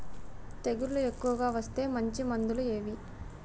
తెగులు ఎక్కువగా వస్తే మంచి మందులు ఏవి?